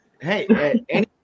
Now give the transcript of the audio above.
Hey